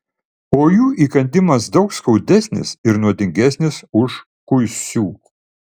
o jų įkandimas daug skaudesnis ir nuodingesnis už kuisių